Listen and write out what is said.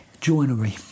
Joinery